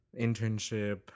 Internship